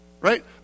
Right